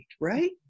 right